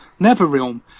Neverrealm